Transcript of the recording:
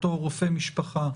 הייתה אישה, אבל היה אורבך.